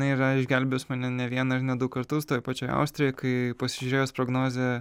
jinai yra išgelbėjus mane ne vieną ir ne du kartus toj pačioj austrijoj kai pasižiūrėjus prognozę